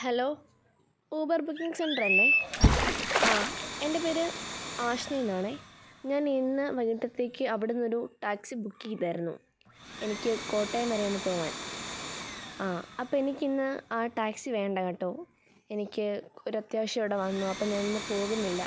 hello Uber booking centre അല്ലേ ആ എന്റെ പേര് ആഷ്ന എന്നാണെ ഞാനിന്ന് വൈകിയിട്ടത്തേക്ക് അവിടെ നിന്ന് ഒരു ടാക്സി ബുക്ക് ചെയ്തായിരുന്നു എനിക്കു കോട്ടയം വരെ ഒന്നു പോകാന് ആ അപ്പോൾ എനിക്കിന്ന് ആ ടാക്സി വേണ്ട കേട്ടോ എനിക്ക് ഒരു അത്യാവശ്യം ഇവിടെ വന്നു അപ്പോൾ ഞാനിന്നു പോകുന്നില്ല